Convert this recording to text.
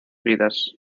vidas